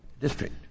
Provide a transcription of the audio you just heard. district